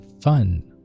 fun